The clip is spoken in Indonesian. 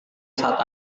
saat